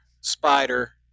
spider